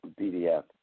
PDF